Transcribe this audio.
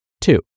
Two